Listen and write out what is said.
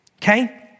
Okay